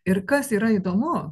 ir kas yra įdomu